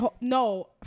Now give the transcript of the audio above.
no